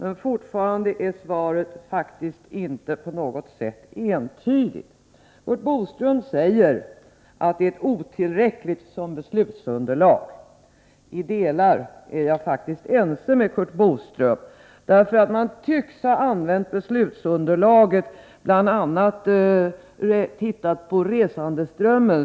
Ändå måste jag konstatera att det nu lämnade svaret inte på något sätt är entydigt. Curt Boström säger att materialet är otillräckligt som beslutsunderlag. I vissa delar är jag faktiskt ense med Curt Boström. BI. a. har man tittat på statistik över resandeströmmen.